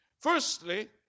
Firstly